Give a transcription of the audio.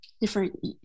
different